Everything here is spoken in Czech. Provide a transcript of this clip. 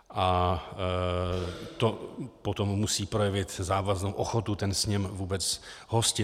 A to potom musí projevit závaznou ochotu ten sněm vůbec hostit.